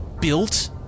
built